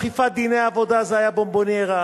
אכיפת דיני עבודה זה היה בונבוניירה,